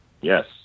Yes